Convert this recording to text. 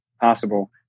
possible